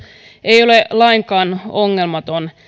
ei ole lainkaan ongelmaton